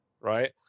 right